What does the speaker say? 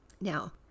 Now